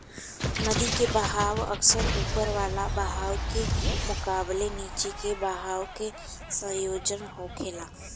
नदी के बहाव अक्सर ऊपर वाला बहाव के मुकाबले नीचे के बहाव के संयोजन होखेला